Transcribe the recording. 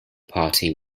party